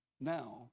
now